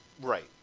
Right